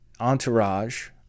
entourage